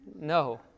No